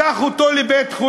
לקח אותו לבית-חולים.